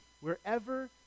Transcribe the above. wherever